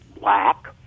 black